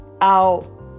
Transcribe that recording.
out